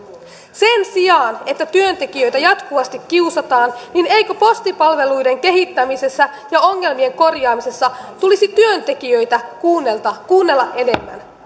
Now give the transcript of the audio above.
sen sijaan että työntekijöitä jatkuvasti kiusataan eikö postipalveluiden kehittämisessä ja ongelmien korjaamisessa tulisi työntekijöitä kuunnella kuunnella enemmän